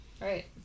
right